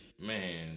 Man